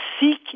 seek